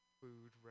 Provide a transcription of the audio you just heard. food